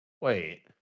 Wait